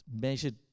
measured